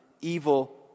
evil